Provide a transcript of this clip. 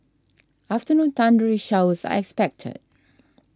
afternoon thundery showers expected